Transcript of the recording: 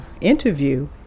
interview